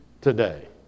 today